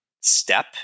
step